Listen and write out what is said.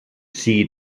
sigui